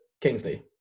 Kingsley